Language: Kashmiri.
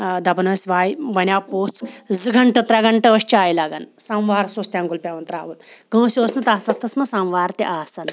دَپان ٲسۍ واے وَنہِ آو پوٚژھ زٕ گَںٛٹہٕ ترٛےٚ گَںٛٹہٕ ٲسۍ چایہِ لَگان سموارَس اوس تینٛگُل پٮ۪وان ترٛاوُن کٲنٛسہِ اوس نہٕ تَتھ وقتَس منٛز سموار تہِ آسان